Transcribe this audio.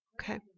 Okay